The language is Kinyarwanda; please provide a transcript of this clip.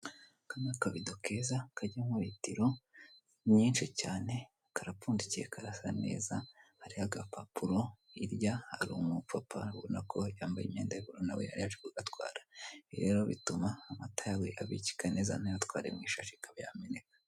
Kano kabido keza kajyamo litiro nyinshi cyane karapfundikiye karasa neza kariho agapapuro hirya hari umupapa urabona ko yambaye imyenda y'ubururu nawe yari yaje kugatwara . Rero bituma amata yawe abikika neza ntuyatware mu ishashi akaba yameneka.